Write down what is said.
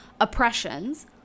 oppressions